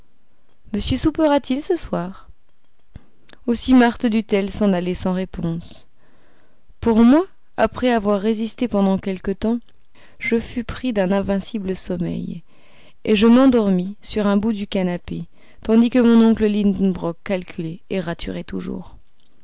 monsieur soupera t il ce soir aussi marthe dut-elle s'en aller sans réponse pour moi après avoir résisté pendant quelque temps je fus pris d'un invincible sommeil et je m'endormis sur un bout du canapé tandis que mon oncle lidenbrock calculait et raturait toujours